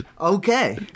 Okay